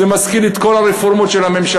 זה מזכיר לי את כל הרפורמות של הממשלה,